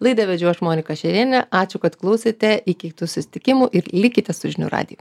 laidą vedžiau aš monika šerėnienė ačiū kad klausėte iki kitų susitikimų ir likite su žinių radiju